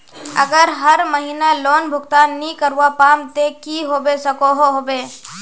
अगर हर महीना लोन भुगतान नी करवा पाम ते की होबे सकोहो होबे?